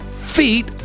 feet